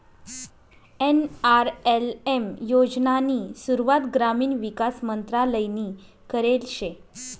NRLM योजनानी सुरुवात ग्रामीण विकास मंत्रालयनी करेल शे